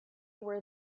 were